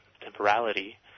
temporality